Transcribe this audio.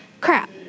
Crap